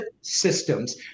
systems